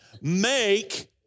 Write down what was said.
make